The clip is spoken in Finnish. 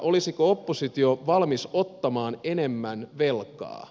olisiko oppositio valmis ottamaan enemmän velkaa